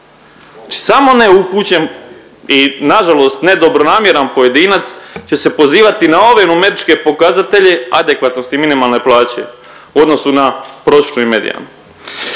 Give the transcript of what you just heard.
samo neupućen i nažalost nedobronamjeran pojedinac će se pozivati na ove numeričke pokazatelje adekvatnosti minimalne plaće u odnosu na prosječnu i medijalnu.